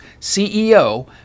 CEO